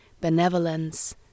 benevolence